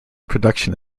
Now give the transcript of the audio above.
production